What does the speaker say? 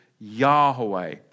Yahweh